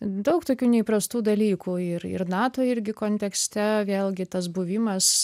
daug tokių neįprastų dalykų ir ir nato irgi kontekste vėlgi tas buvimas